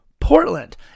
Portland